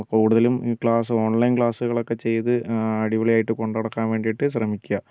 കൂടുതലും class online ക്ലാസ്സുകളൊക്കെ ചെയ്ത് അടിപൊളിയായിട്ട് കൊണ്ടുനടക്കാൻ വേണ്ടീട്ട് ശ്രമിക്കുക